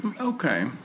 Okay